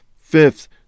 Fifth